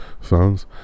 phones